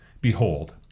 Behold